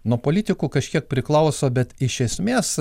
nuo politikų kažkiek priklauso bet iš esmės